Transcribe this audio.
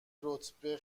رتبه